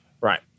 Right